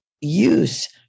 use